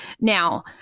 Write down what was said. Now